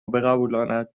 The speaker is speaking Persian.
بقبولاند